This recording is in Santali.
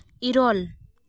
ᱤᱨᱟᱹᱞ